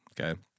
okay